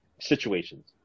situations